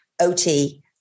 OT